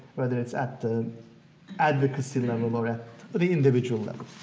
whether it's at the advocacy level or at the individual level.